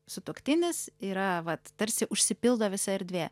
sutuoktinis yra vat tarsi užsipildo visa erdvė